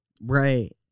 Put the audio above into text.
Right